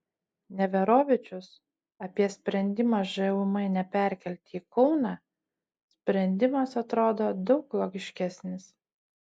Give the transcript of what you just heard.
neverovičius apie sprendimą žūm neperkelti į kauną sprendimas atrodo daug logiškesnis